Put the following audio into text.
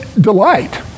delight